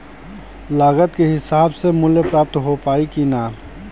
लागत के हिसाब से मूल्य प्राप्त हो पायी की ना?